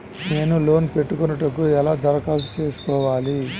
నేను లోన్ పెట్టుకొనుటకు ఎలా దరఖాస్తు చేసుకోవాలి?